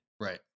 Right